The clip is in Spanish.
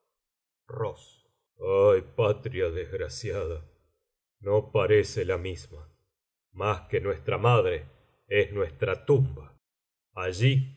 estado ay patria desgraciada no parece la misma más que nuestra madre es nuestra tumba allí